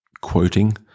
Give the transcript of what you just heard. quoting